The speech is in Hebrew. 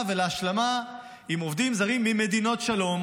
והשלמה עם עובדים זרים ממדינות שלום,